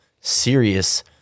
serious